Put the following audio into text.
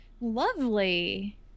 Lovely